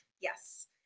Yes